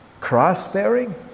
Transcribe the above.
cross-bearing